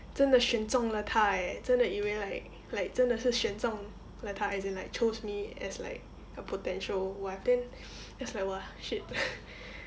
真的选中了他耶真的以为 like like 真的是选中了他 as in like chose me as like a potential wife then then I was like !wah! shit